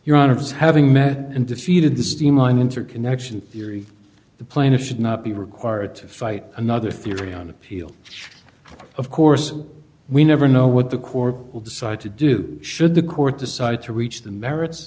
your honour's having met and defeated the steam line interconnection theory the plaintiff should not be required to fight another theory on appeal of course we never know what the corp will decide to do should the court decide to reach the merits